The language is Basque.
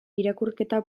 irakurketa